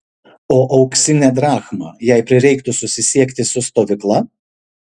o auksinę drachmą jei prireiktų susisiekti su stovykla